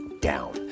down